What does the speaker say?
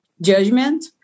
judgment